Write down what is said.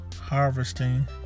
harvesting